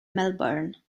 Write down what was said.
melbourne